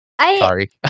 Sorry